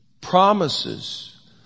promises